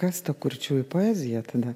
kas ta kurčiųjų poezija tada